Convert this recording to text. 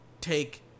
take